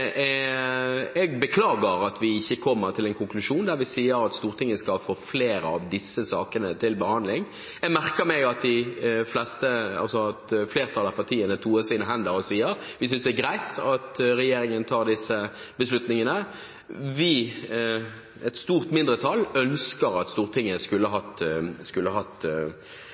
jeg beklager at vi ikke kommer til en konklusjon der vi sier at Stortinget skal få flere av disse sakene til behandling. Jeg merker meg at flertallet toer sine hender og sier at de synes det er greit at regjeringen tar disse beslutningene. Vi – et stort mindretall – ønsker at Stortinget i større grad skulle